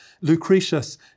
Lucretius